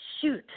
shoot